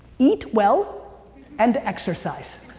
eat well and exercise.